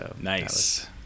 Nice